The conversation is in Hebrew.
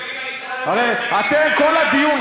אם "רגבים" הרי אתם כל הדיון,